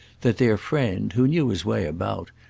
that their friend, who knew his way about,